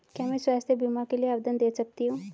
क्या मैं स्वास्थ्य बीमा के लिए आवेदन दे सकती हूँ?